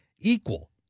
equal